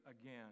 again